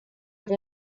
have